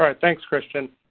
ah thanks christian.